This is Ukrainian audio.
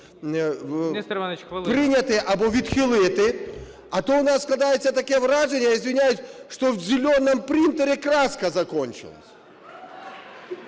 Прийняти або відхилити. А то в нас складається таке враження, извиняюсь, что в "зеленом" принтере краска закончилась.